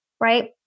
right